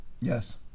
Yes